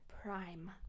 Prime